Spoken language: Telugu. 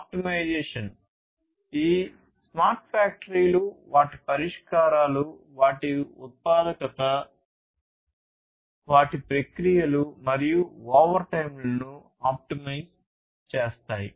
ఆప్టిమైజేషన్ ఈ స్మార్ట్ ఫ్యాక్టరీలు వాటి పరిష్కారాలు వాటి ఉత్పాదకత వాటి ప్రక్రియలు మరియు ఓవర్ టైంలను ఆప్టిమైజ్ చేస్తాయి